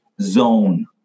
zone